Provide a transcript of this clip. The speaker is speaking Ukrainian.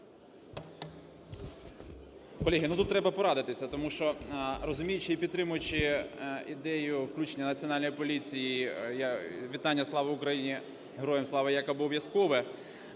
Колеги, тут треба порадитись, тому що, розуміючи і підтримуючи ідею включення Національній поліції вітання "Слава Україні" – "Героям слава" як обов'язкове.